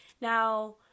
Now